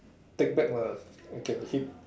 take back mah can hit